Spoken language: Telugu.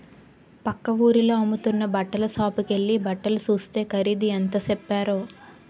పక్క వూరిలో అమ్ముతున్న బట్టల సాపుకెల్లి బట్టలు సూస్తే ఖరీదు ఎంత సెప్పారో